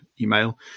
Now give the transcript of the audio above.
email